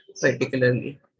particularly